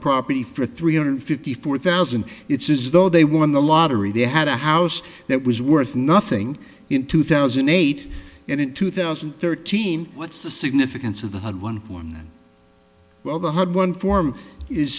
property for three hundred fifty four thousand it's as though they won the lottery they had a house that was worth nothing in two thousand and eight and in two thousand and thirteen what's the significance of the one one well the one form is